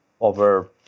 over